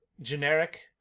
generic